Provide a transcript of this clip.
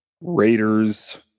Raiders